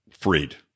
freed